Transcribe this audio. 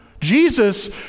Jesus